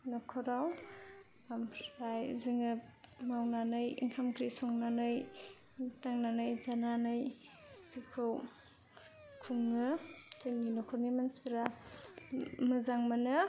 न'खराव ओमफ्राय जोङो मावनानै ओंखाम ओंख्रि संनानै मावनानै जानानै जिउखौ खुङो जोंनि न'खरनि मानसिफोरा मोजां मोनो